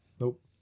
Nope